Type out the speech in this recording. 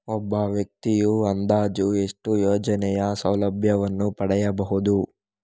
ಒಬ್ಬ ವ್ಯಕ್ತಿಯು ಅಂದಾಜು ಎಷ್ಟು ಯೋಜನೆಯ ಸೌಲಭ್ಯವನ್ನು ಪಡೆಯಬಹುದು?